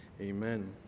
amen